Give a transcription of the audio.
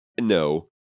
No